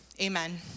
amen